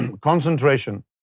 concentration